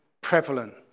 prevalent